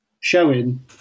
showing